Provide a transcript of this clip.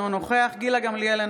אינו נוכח גילה גמליאל,